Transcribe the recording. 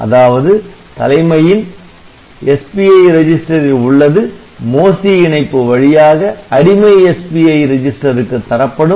அதாவது தலைமையின் SPI ரெஜிஸ்டரில் உள்ளது MOSI இணைப்பு வழியாக அடிமை SPI ரெஜிஸ்டருக்கு தரப்படும்